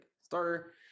starter